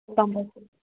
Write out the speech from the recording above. গম পাইছোঁ